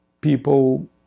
people